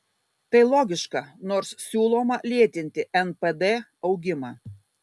tai logiška nors siūloma lėtinti npd augimą